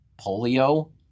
polio